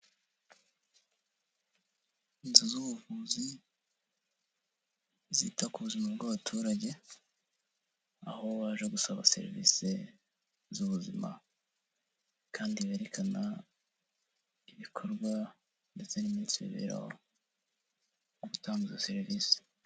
Inzu z'ubuvuzi zita ku buzima bw'abaturage, aho waje gusaba serivise z'ubuzima kandi berekana ibikorwa ndetse n'iminsi biberaho mu gutanga izo serivise.